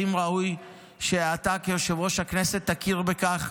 האם ראוי שאתה כיושב-ראש הכנסת תכיר בכך